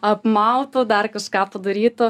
apmautų dar kas kažką padarytų